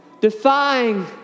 defying